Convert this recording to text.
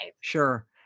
sure